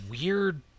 weird